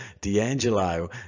D'Angelo